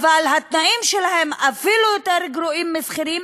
אבל התנאים אפילו יותר גרועים משל שכירים.